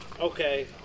Okay